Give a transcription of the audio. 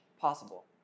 possible